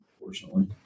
unfortunately